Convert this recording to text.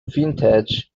vintage